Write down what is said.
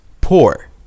poor